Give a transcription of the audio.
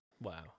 Wow